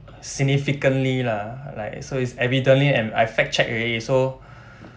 significantly lah like so is evidently and I fact-check already so